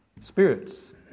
spirits